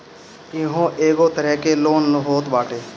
इहो एगो तरह के लोन होत बाटे